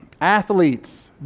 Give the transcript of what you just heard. Athletes